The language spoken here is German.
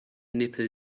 nippel